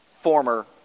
former